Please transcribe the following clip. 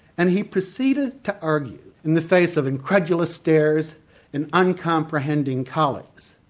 and he proceeded to argue in the face of incredulous stares and uncomprehending colleagues,